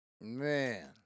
Man